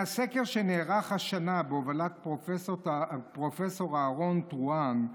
מהסקר, שנערך השנה בהובלת פרופ' אהרון טרואן,